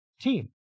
team